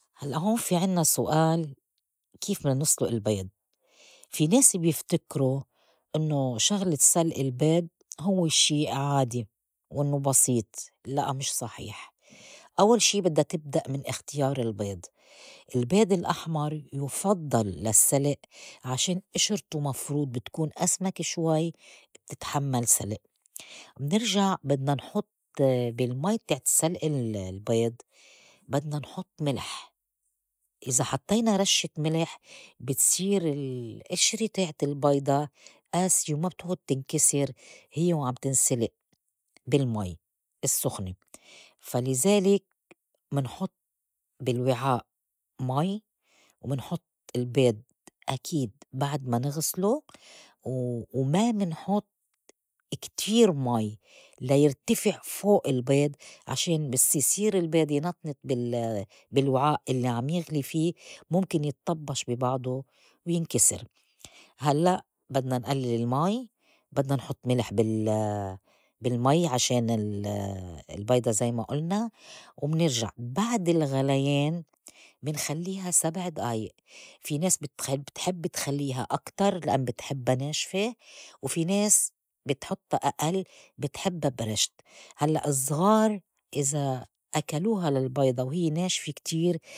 هلّأ هون في عنّا سؤال كيف بدنا نسلق البيض؟ في ناس بيفتكروا إنّو شغلة سلق البيض هو شي عادي وإنّو بسيط لأ مش صحيح، أوّل شي بدّا تبدء من إختيار البيض البيض الأحمر يُفضّل للسلق عشان إشرتو مفروض بتكون أسمك شوي بتتحمّل سلق، منرجع بدنا نحط بالمي تاعت سلق ال- البيض بدنا نحُط ملح إذا حطّينا رشّة ملح بتصير الئشرة تاعت البيضة آسية وما بتعود تنكسر هيّ وعم تنسلق بالمي السُّخنة فا لذلك منحط بالوعاء مي ومنحط البيض، أكيد بعد ما نغسلو و- وما منحط كتير مي ليرتفع فوء البيض عشان بس يصير البيض ينطنط بالوعاء الّي عم يغلي في مُمكن يطبّش بي بعضو وينكسر هلّأ بدنا نئلّل المي بدنا نحط ملح بال- بالمي عشان ال- البيضة زي ما ألنا، ومنرجع بعد الغليان منخلّيها سبع دئايئ في ناس بتخ بتحب تخلّيها أكتر لأن بتحبّا ناشفة وفي ناس بتحطّا أئل بتحبّا برشت، هلّأ الزغار إذا أكلوها للبيضة وهيّ ناشفة كتير.